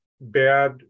bad